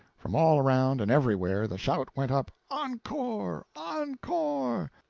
from all around and everywhere, the shout went up encore! encore!